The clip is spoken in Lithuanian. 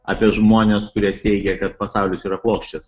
apie žmones kurie teigia kad pasaulis yra plokščias